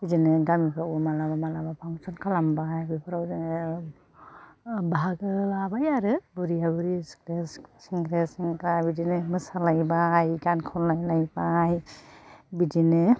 बिदिनो गामिफ्राव मालाबा मालाबा फांशन खालामबाय बेफोराव जोङो बाहागो लाबाय आरो बुरिया बुरि सिख्लाया सिख्ला सेंग्राया सेंग्रा बिदिनो मोसालायबाय गान खनलायलायबाय बिदिनो